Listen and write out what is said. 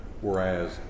Whereas